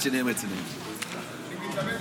חבר הכנסת